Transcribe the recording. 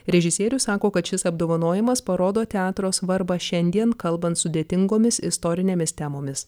režisierius sako kad šis apdovanojimas parodo teatro svarbą šiandien kalbant sudėtingomis istorinėmis temomis